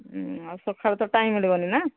ଉଁ ଆଉ ସକାଳୁ ତ ଟାଇମ୍ ମିଳିବନି ନା